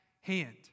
hand